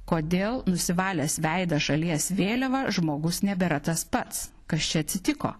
kodėl nusivalęs veidą šalies vėliava žmogus nebėra tas pats kas čia atsitiko